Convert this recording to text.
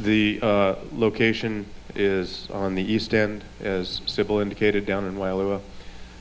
purpose the location is on the east end as civil indicated down and while a